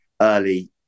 early